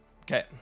okay